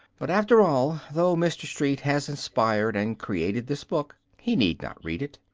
but after all, though mr. street has inspired and created this book, he need not read it.